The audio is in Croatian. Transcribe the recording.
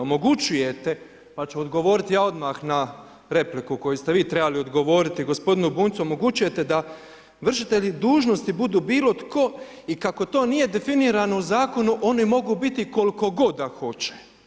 Omogućujete, pa ću odgovoriti ja odmah na repliku koju ste vi trebali odgovoriti gospodinu Bunjcu, omogućujete da vršitelji dužnosti budu bilo tko i kako to nije definirano u zakonu oni mogu biti koliko god da hoće.